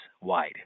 wide